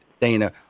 Dana